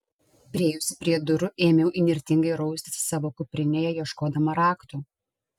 priėjusi prie durų ėmiau įnirtingai raustis savo kuprinėje ieškodama raktų